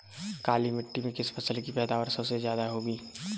काली मिट्टी में किस फसल की पैदावार सबसे ज्यादा होगी?